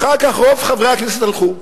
אחר כך רוב חברי הכנסת הלכו,